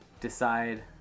Decide